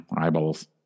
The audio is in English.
Eyeballs